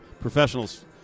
Professionals